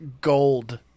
gold